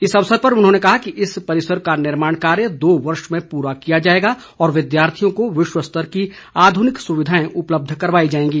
इस अवसर पर उन्होंने कहा कि इस परिसर का निर्माण कार्य दो वर्ष में पूरा किया जाएगा और विद्यार्थियों को विश्व स्तर की आध्रनिक सुविधाएं उपलब्ध करवाई जाएगी